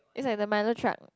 it's like the minor truck